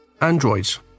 androids